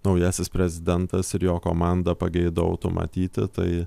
naujasis prezidentas ir jo komanda pageidautų matyti tai